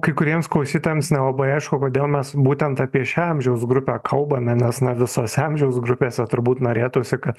kai kuriems klausytojams nelabai aišku kodėl mes būtent apie šią amžiaus grupę kalbame nes na visose amžiaus grupėse turbūt norėtųsi kad